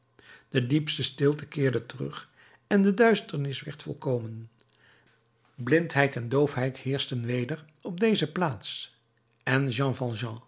de diepste stilte keerde terug en de duisternis werd volkomen blindheid en doofheid heerschten weder op deze plaats en jean